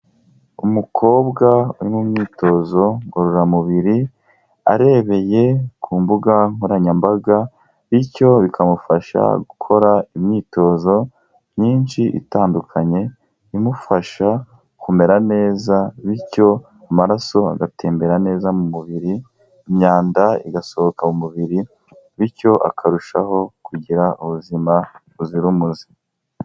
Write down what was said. Umukobwa uri mu myitozo ngororamubiri, arebeye ku mbuga nkoranyambaga bityo bikamufasha gukora imyitozo myinshi itandukanye, imufasha kumera neza bityo amaraso agatembera neza mu mubiri, imyanda igasohoka mu mubiri bityo akarushaho kugira ubuzima buzira umuze.